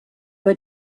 were